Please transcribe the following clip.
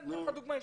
אתן לך דוגמה אישית.